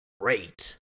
great